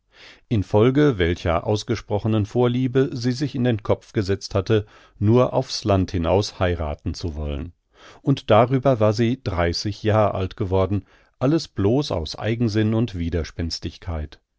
folge welcher ausgesprochenen vorliebe sie sich in den kopf gesetzt hatte nur aufs land hinaus heirathen zu wollen und darüber war sie dreißig jahr alt geworden alles blos aus eigensinn und widerspenstigkeit